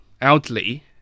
elderly